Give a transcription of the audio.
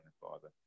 Father